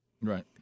Right